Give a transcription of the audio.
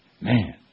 man